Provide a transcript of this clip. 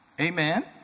Amen